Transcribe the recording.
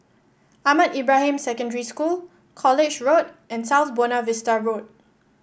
Ahmad Ibrahim Secondary School College Road and South Buona Vista Road